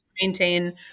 Maintain